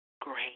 great